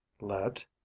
Let